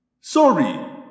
Sorry